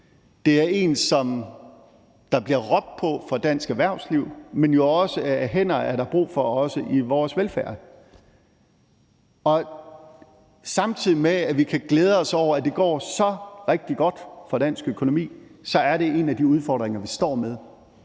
det er en, som der bliver råbt på fra dansk erhvervslivs side. Men hænder er der jo også brug for inden for vores velfærd, og samtidig med at vi kan glæde os over, at det går så rigtig godt for dansk økonomi, er det en af de udfordringer, vi helt